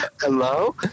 Hello